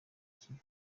kibi